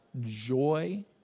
joy